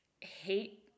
hate